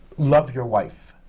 love your wife.